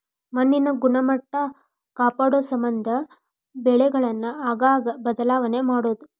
ಮಣ್ಣಿನ ಗುಣಮಟ್ಟಾ ಕಾಪಾಡುಸಮಂದ ಬೆಳೆಗಳನ್ನ ಆಗಾಗ ಬದಲಾವಣೆ ಮಾಡುದು